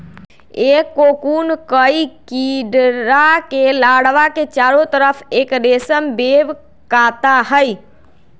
एक कोकून कई कीडड़ा के लार्वा के चारो तरफ़ एक रेशम वेब काता हई